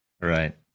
right